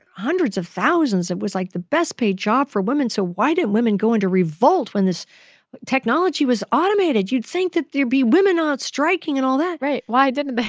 hundreds of thousands it was, like, the best paid job for women, so why didn't women go into revolt when this technology was automated? you'd think that there'd be women out striking and all that right. why didn't they?